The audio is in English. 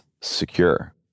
secure